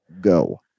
Go